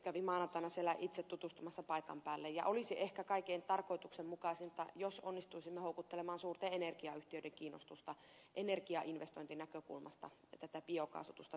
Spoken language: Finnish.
kävin maanantaina siellä itse tutustumassa paikan päällä ja olisi ehkä kaikkein tarkoituksenmukaisinta jos onnistuisimme houkuttelemaan suurten energiayhtiöiden kiinnostusta energiainvestointinäkökulmasta tätä biokaasutusta viemään eteenpäin